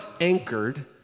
anchored